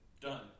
Done